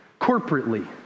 corporately